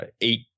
eight